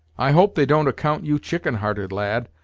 i hope they don't account you chicken-hearted, lad!